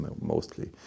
mostly